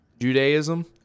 Judaism